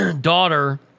daughter